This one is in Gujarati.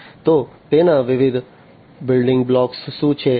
તો તેના વિવિધ બિલ્ડિંગ બ્લોક્સ શું છે